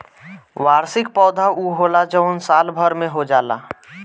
वार्षिक पौधा उ होला जवन साल भर में हो जाला